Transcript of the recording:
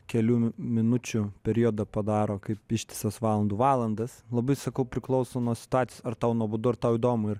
kelių minučių periodą padaro kaip ištisas valandų valandas labai sakau priklauso nuo situacijos ar tau nuobodu ar tau įdomu ir